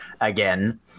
again